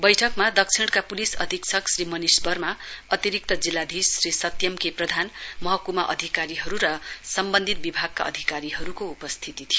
बैठकमा दक्षिणका पुलिस अधीक्षक श्री मनिष बर्मा अतिरिक्त जिल्लाधीश श्री सत्यम के प्रधान महकुमा अधिकारीहरू र सम्बन्धित विभागका अधिकारीहरूको उपस्थिति थियो